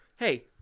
Hey